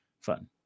fun